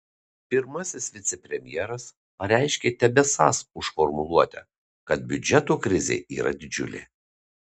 pirmasis vicepremjeras pareiškė tebesąs už formuluotę kad biudžeto krizė yra didžiulė